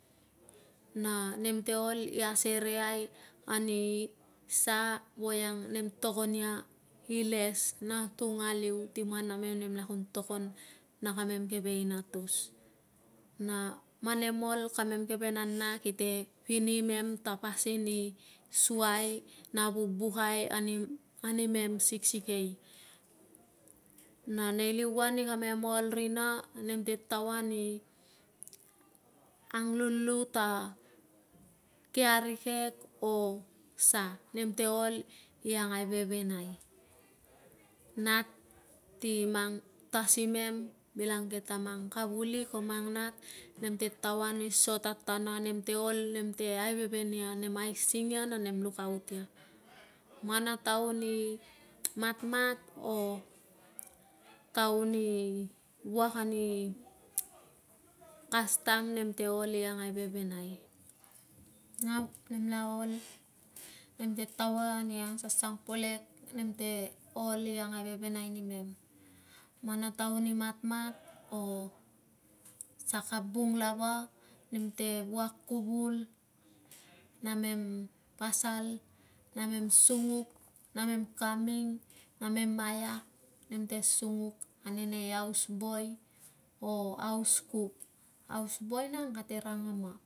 Na nem te ol i asereai ani sa voiang nem togon ia iles na tung aliu ti man namem nemla kun togon na kamem keve inatus. Na man nem ol, kamem keve nana kite pini imem ta pasin i suai na vubukai ani animem siksikei. Na nei liuan i kamem ol rina, nem te taoa ni anglulu ta ki arikek o sa. Nem te ol i ang aivevenai. Nat ti mang tasimem bilangke ta mang kavulik or mang nat nem te taoa ni so tatana, nem te ol nem te aiveven ia, nem aising ia na nem lukaut ia. Man a taun i matmat o taun i wuak ani kastam, nem te ol i angaivevenai nap nem la ol nem te taoa ni angsansang polek, nem te ol i angaivevenai nimem. Man a taun i matmat o saka bung lava nem te wuak kuvul. Namem pasal, namem sunguk, namem kaming, namem maiak, nem te sunguk ane nei ausboi o auskuk. Ausboi nang kate rangama